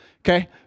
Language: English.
Okay